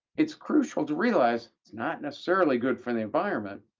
it's crucial to realize it's not necessarily good for the environment.